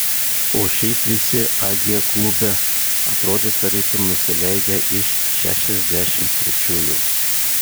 o šiaip visi ag klube atrodė tarytum nusileidę iš šešiasdešimt trečiųjų